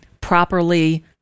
properly